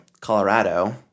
Colorado